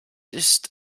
ist